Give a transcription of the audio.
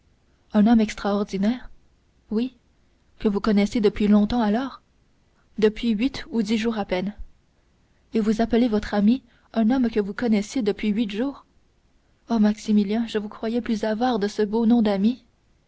un homme extraordinaire oui que vous connaissez depuis longtemps alors depuis huit ou dix jours à peine et vous appelez votre ami un homme que vous connaissez depuis huit jours oh maximilien je vous croyais plus avare de ce beau nom d'ami